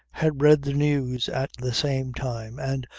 had read the news at the same time, and,